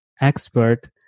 expert